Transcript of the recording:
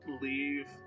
leave